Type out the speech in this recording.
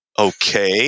Okay